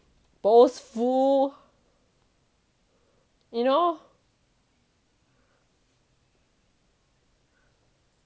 boastful you know